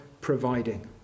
providing